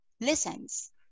listens